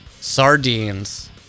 sardines